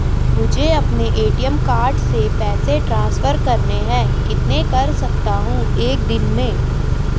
मुझे अपने ATM card से पैसे ट्रांसफर करने हैं कितने कर सकता हूँ एक दिन में?